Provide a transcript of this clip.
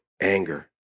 anger